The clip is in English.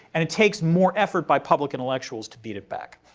and it takes more effort by public intellectuals to beat it back.